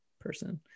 person